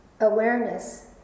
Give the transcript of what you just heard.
awareness